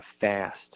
fast